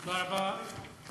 תודה רבה.